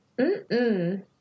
Mm-mm